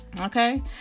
Okay